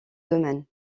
domaine